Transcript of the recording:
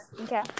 okay